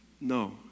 no